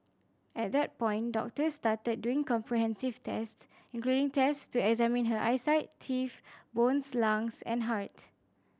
at that point doctors started doing comprehensive tests including test to examine her eyesight teeth bones lungs and heart